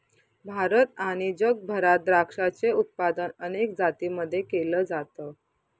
भारत आणि जगभरात द्राक्षाचे उत्पादन अनेक जातींमध्ये केल जात